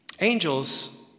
Angels